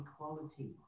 equality